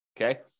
okay